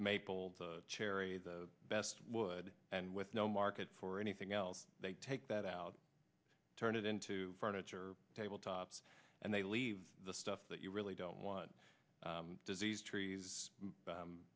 maple cherry the best wood and with no market for anything else they take that out turn it into furniture tabletops and they leave the stuff that you really don't want diseased trees